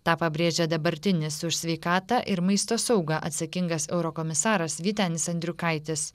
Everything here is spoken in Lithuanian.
tą pabrėžė dabartinis už sveikatą ir maisto saugą atsakingas eurokomisaras vytenis andriukaitis